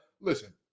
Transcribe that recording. Listen